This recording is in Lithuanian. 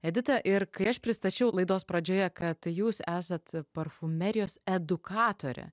edita ir kai aš pristačiau laidos pradžioje kad jūs esat parfumerijos edukatorė